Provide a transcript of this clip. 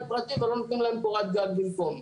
פרטי ולא נותנים להם קורת גג במקום.